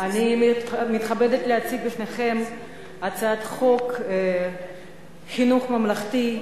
אני מתכבדת להציג בפניכם את הצעת חוק חינוך ממלכתי,